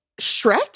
Shrek